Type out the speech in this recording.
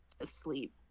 asleep